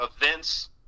events